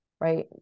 right